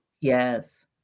Yes